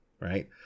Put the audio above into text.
Right